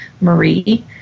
marie